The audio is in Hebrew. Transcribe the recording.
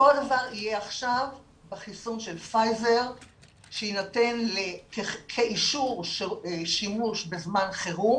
אותו דבר יהיה עכשיו בחיסון של פייזר שיינתן כאישור שימוש בזמן חירום.